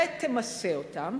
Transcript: ותמסה אותו,